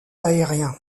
aérien